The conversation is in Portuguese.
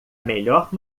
melhor